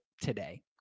today